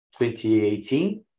2018